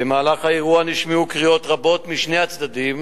במהלך האירוע נשמעו קריאות רבות משני הצדדים,